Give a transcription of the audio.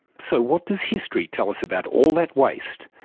so what does history tell us about all that waste,